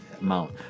amount